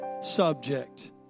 subject